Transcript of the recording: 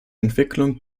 entwicklung